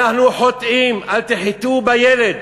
אנחנו חוטאים, אל תחטאו בילד